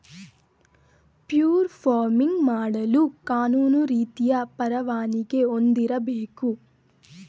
fur farming ಮಾಡಲು ಕಾನೂನು ರೀತಿಯ ಪರವಾನಿಗೆ ಹೊಂದಿರಬೇಕು